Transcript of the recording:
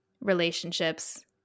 relationships